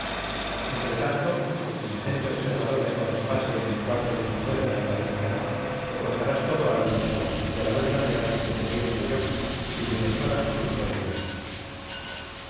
trama entretanto diligente observador de cuanto pase en el cuarto de tu nueva y aparente ama lo contarás todo a la antigua y a la verdadera que seré siempre yo tu bienhechora y tu providencia